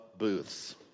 booths